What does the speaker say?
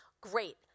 great